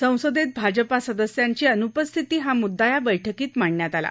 संसद भाजपा सदस्यांची अनुपस्थिती हा मुद्दा या बैठकीत मांडण्यात आला